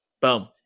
Boom